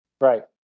Right